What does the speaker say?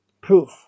proof